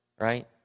right